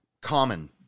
common